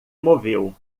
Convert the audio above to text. moveu